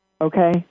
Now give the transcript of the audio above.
Okay